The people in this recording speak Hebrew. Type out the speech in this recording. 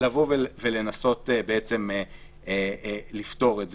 לנסות לפתור את זה.